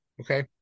Okay